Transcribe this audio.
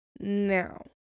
Now